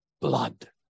blood